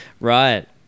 Right